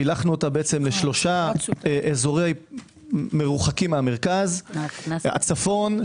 פילחנו אותה לשלושה אזורים מרוחקים מהמרכז הצפון,